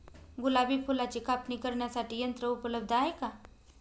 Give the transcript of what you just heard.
गुलाब फुलाची कापणी करण्यासाठी यंत्र उपलब्ध आहे का?